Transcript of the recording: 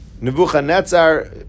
Nebuchadnezzar